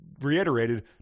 reiterated